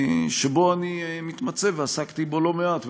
שבו אני מתמצא ועסקתי בו לא מעט,